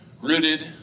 rooted